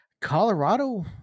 Colorado